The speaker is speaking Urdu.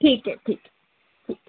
ٹھیک ہے ٹھیک ہے ٹھیک ہے